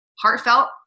heartfelt